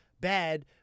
bad